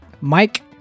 Mike